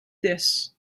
this